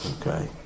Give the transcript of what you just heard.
Okay